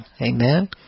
Amen